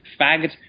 fagged